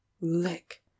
Lick